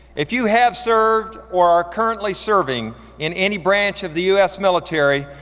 if you have served or are currently serving in any branch of the us military,